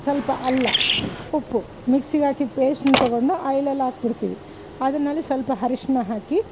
ಸ್ವಲ್ಪ ಅಲ್ಲ ಉಪ್ಪು ಮಿಕ್ಸಿಗೆ ಹಾಕಿದ ಪೇಸ್ಟನ್ನು ತಗೊಂಡು ಆಯ್ಲಲ್ಲಿ ಹಾಕಿಬಿಡ್ತೀವಿ ಅದನ್ನು ಅಲ್ಲಿ ಸ್ವಲ್ಪ ಅರಿಶ್ನ ಹಾಕಿ